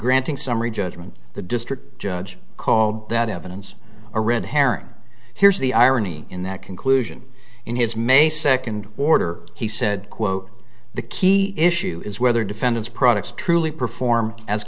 granting summary judgment the district judge called that evidence a red herring here's the irony in that conclusion in his may second order he said quote the key issue is whether defendant's products truly perform as